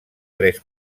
tres